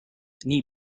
nii